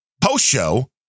post-show